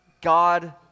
God